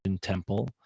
temple